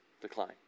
decline